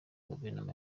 guverinoma